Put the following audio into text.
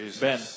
Ben